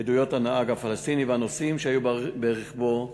הנהג הפלסטיני והנוסעים שהיו ברכבו,